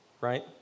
right